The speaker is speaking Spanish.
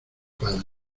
padre